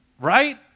Right